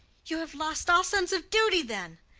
you have lost all sense of duty, then?